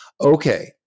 okay